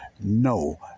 No